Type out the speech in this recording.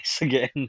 again